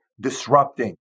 disrupting